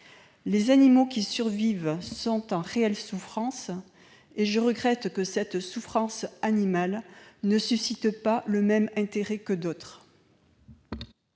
Les animaux qui survivent sont en réelle souffrance, et je regrette que cette souffrance animale ne suscite pas le même intérêt que d'autres.